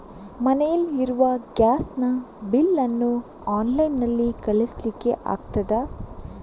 ಮನೆಯಲ್ಲಿ ಇರುವ ಗ್ಯಾಸ್ ನ ಬಿಲ್ ನ್ನು ಆನ್ಲೈನ್ ನಲ್ಲಿ ಕಳಿಸ್ಲಿಕ್ಕೆ ಆಗ್ತದಾ?